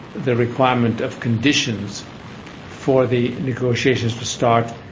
the requirement of conditions for the negotiations to start,